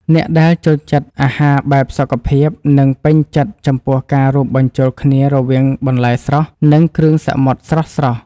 អ្នកដែលចូលចិត្តអាហារបែបសុខភាពនឹងពេញចិត្តចំពោះការរួមបញ្ចូលគ្នារវាងបន្លែស្រស់និងគ្រឿងសមុទ្រស្រស់ៗ។